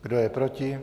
Kdo je proti?